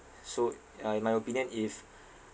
so uh in my opinion if